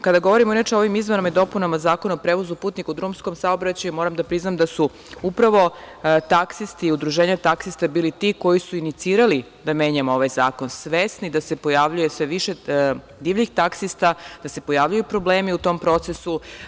Kada govorimo o ovim izmenama i dopunama Zakona o prevozu putnika u drumskom saobraćaju, moram da priznam da su upravo taksisti i udruženja taksista bili ti koji su inicirali da menjamo ovaj zakon, svesni da se pojavljuje sve više divljih taksista, da se pojavljuju problemi u tom procesu.